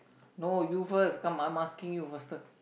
no you first come I'm asking you faster